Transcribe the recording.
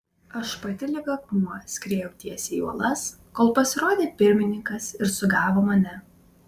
aš pati lyg akmuo skriejau tiesiai į uolas kol pasirodė pirmininkas ir sugavo mane